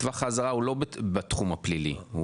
טווח האזהרה הוא לא בתחום הפלילי,